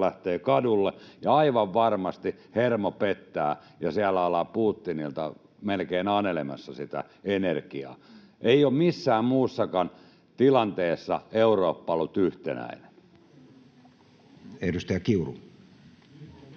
lähtee kadulle, ja aivan varmasti hermo pettää ja siellä ollaan Putinilta melkein anelemassa sitä energiaa. Ei ole missään muussakaan tilanteessa Eurooppa ollut yhtenäinen.